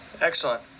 Excellent